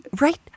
right